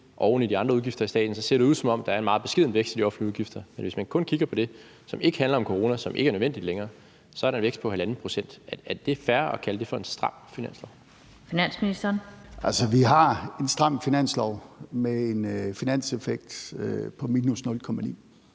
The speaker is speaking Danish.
oven i de andre udgifter i staten, ser det ud, som om der er en meget beskeden vækst i de offentlige udgifter, men hvis man kun kigger på det, som ikke handler om corona, og som ikke er nødvendigt længere, så er der en vækst på halvanden procent. Er det fair at kalde det for et stramt finanslovsforslag? Kl. 17:09 Den fg. formand (Annette Lind):